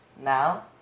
Now